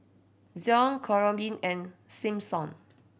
Zion Corean and Simpson